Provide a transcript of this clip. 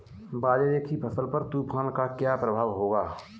बाजरे की फसल पर तूफान का क्या प्रभाव होगा?